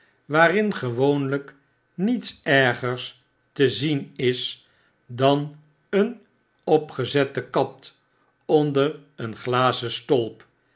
waarin gewoonlp niets ergers te zien is dan een opgezette kat onder een glazen stolp